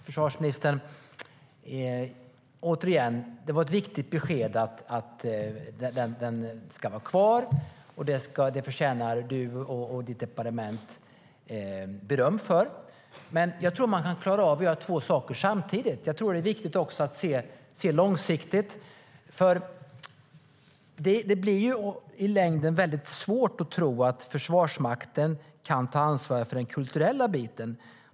Herr talman! Det var ett viktigt besked att musikkåren ska vara kvar. Det förtjänar du och ditt departement beröm för. Men jag tror att man kan klara av att göra två saker samtidigt. Jag tror att det är viktigt att se frågan långsiktigt. Det blir i längden svårt att tro att Försvarsmakten kan ta ansvar för den kulturella biten.